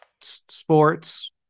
sports